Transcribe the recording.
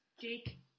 Jake